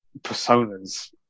personas